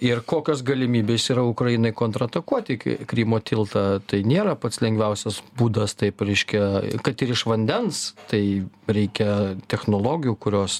ir kokios galimybės yra ukrainai kontratakuoti kai krymo tiltą tai nėra pats lengviausias būdas taip reiškia kad ir iš vandens tai reikia technologijų kurios